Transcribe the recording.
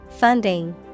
Funding